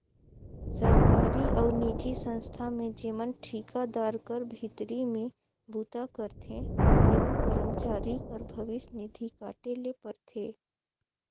सरकारी अउ निजी संस्था में जेमन ठिकादार कर भीतरी में बूता करथे तेहू करमचारी कर भविस निधि काटे ले परथे